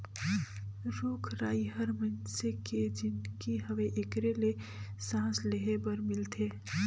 रुख राई हर मइनसे के जीनगी हवे एखरे ले सांस लेहे बर मिलथे